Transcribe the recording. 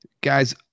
guys